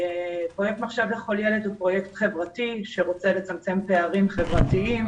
פרויקט מחשב לכל ילד הוא פרויקט חברתי שרוצה לצמצם פערים חברתיים